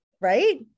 Right